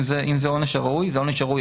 אם זה העונש הראוי, זה העונש הראוי.